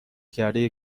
کرده